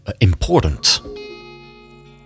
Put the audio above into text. important